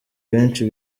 benshi